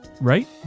right